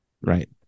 right